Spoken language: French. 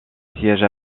siège